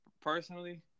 personally